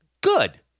Good